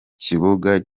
kibuga